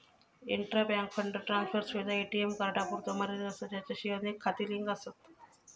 intra bank fund transfer सुविधा A T M कार्डांपुरतो मर्यादित असा ज्याचाशी अनेक खाती लिंक आसत